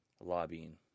Lobbying